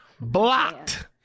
blocked